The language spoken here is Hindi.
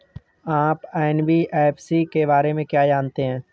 आप एन.बी.एफ.सी के बारे में क्या जानते हैं?